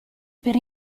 per